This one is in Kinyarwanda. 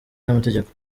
n’amategeko